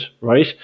right